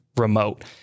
remote